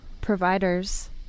Providers